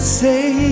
say